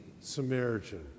Samaritan